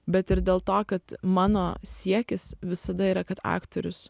bet ir dėl to kad mano siekis visada yra kad aktorius